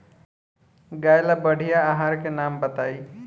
गाय ला बढ़िया आहार के नाम बताई?